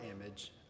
image